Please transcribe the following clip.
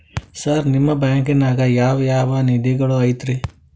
Sir ನಿಮ್ಮ ಬ್ಯಾಂಕನಾಗ ಯಾವ್ ಯಾವ ನಿಧಿಗಳು ಐತ್ರಿ?